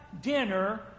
dinner